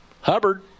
Hubbard